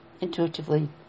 intuitively